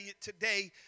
today